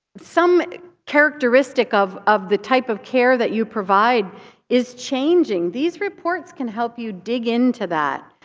some characteristic of of the type of care that you provide is changing? these reports can help you dig into that.